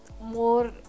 more